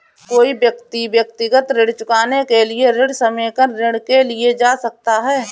कोई व्यक्ति व्यक्तिगत ऋण चुकाने के लिए ऋण समेकन ऋण के लिए जा सकता है